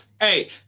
Hey